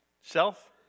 self